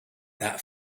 that